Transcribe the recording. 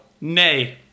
Nay